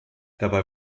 dabei